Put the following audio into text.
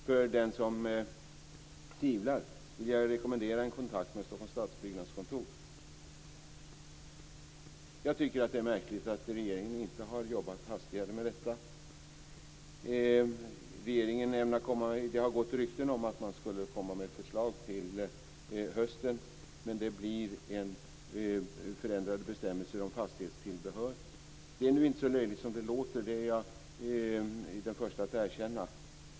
För den som tvivlar vill jag rekommendera en kontakt med Stockholms stadsbyggnadskontor. Det är märkligt att regeringen inte har jobbat hastigare med detta. Det har gått rykten om att man skulle komma med ett förslag till hösten. Men det blir förändrade bestämmelser om fastighetstillbehör. Det är nu inte så löjligt som det låter. Det är jag den första att erkänna.